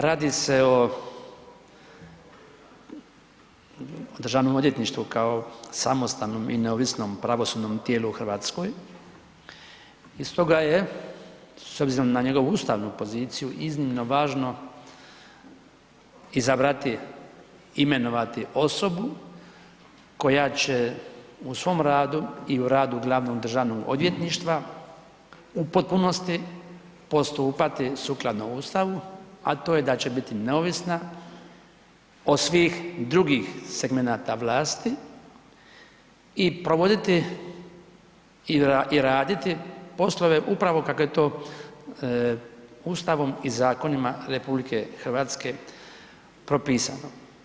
Radi se o Državnom odvjetništvu kao samostanom i neovisnom pravosudnom tijelu u Hrvatskoj i stoga je s obzirom na njegovu ustavnu poziciju iznimno važno izabrati, imenovati osobu koja će u svom radu i u radu glavnog državnog odvjetništva u potpunosti postupati sukladno Ustavu, a to je da će biti neovisna od svih drugih segmenata vlasti i provoditi i raditi poslove upravo kako je to Ustavom i zakonima RH propisano.